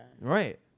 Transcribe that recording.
Right